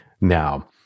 now